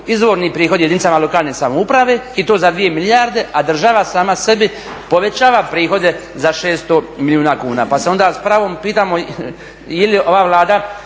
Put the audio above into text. izvorni prihodi jedinicama lokalne samouprave i to za 2 milijarde, a država sama sebi povećava prihode za 600 milijuna kuna. Pa se onda s pravom pitamo je li ova Vlada